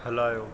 हलायो